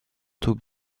troupe